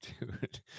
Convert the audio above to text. Dude